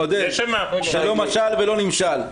עודד, זה לא משל ולא נמשל.